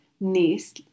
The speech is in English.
niece